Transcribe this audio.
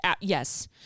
yes